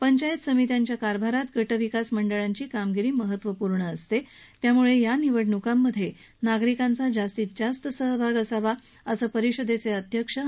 पंचायत समित्यांच्या कारभारात गट विकास मंडळांची कामगिरी महत्त्वपूर्ण असते त्यामुळे या निवडणूकांमधे नागरिकांचा जास्तीत जास्त सहभाग असावा असं परिषदेचे अध्यक्ष अनिल शर्मा यांनी सांगितलं